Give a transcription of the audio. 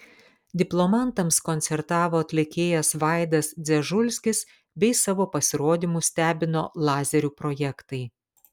diplomantams koncertavo atlikėjas vaidas dzežulskis bei savo pasirodymu stebino lazerių projektai